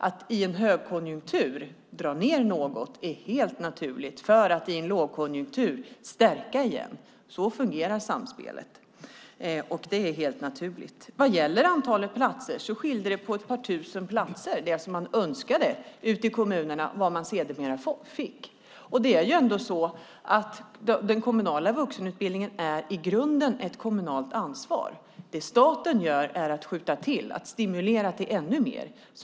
Att i en högkonjunktur dra ned något är helt naturligt för att sedan i en lågkonjunktur igen stärka resurserna. Så fungerar samspelet, och detta är helt naturligt. Skillnaden är ett par tusen platser när det gäller vad kommunerna önskade och vad de sedermera fick. Den kommunala vuxenutbildningen är i grunden ett kommunalt ansvar. Staten skjuter till, stimulerar till ännu mer.